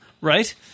right